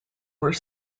were